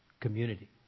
community